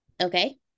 okay